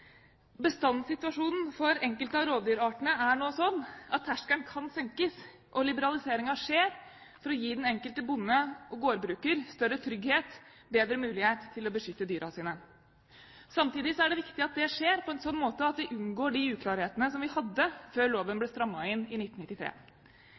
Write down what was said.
Bestandssituasjonen for enkelte av rovdyrartene er nå slik at terskelen kan senkes, og liberaliseringen skjer for å gi den enkelte bonde og gårdbruker større trygghet for og bedre mulighet til å beskytte dyrene sine. Samtidig er det viktig at det skjer på en slik måte at vi unngår de uklarhetene som vi hadde før loven